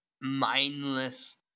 Mindless